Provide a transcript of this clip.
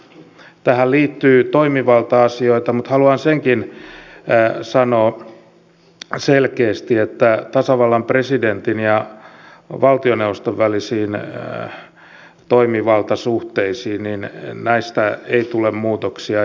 tähän liittyy toimivalta asioita mutta haluan senkin sanoa selkeästi että tasavallan presidentin ja valtioneuvoston välisiin toimivaltasuhteisiin näistä ei tule muutoksia